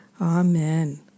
Amen